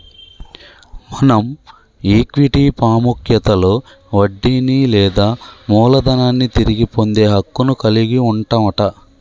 మనం ఈక్విటీ పాముఖ్యతలో వడ్డీని లేదా మూలదనాన్ని తిరిగి పొందే హక్కును కలిగి వుంటవట